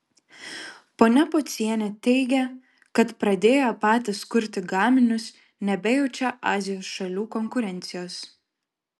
ponia pocienė teigia kad pradėję patys kurti gaminius nebejaučia azijos šalių konkurencijos